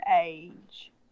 age